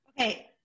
Okay